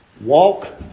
Walk